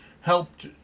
helped